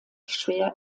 schwer